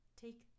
Take